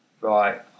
Right